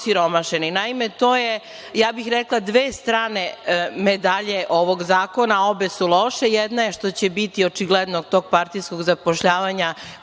osiromašeni. Naime, to su dve strane medalje ovog zakona. Obe su loše. Jedna je što će biti očiglednog tog partijskog zapošljavanja